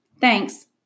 Thanks